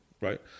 right